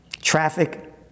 traffic